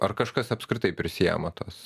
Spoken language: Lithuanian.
ar kažkas apskritai prisiema tos